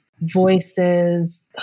voices